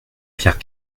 pierre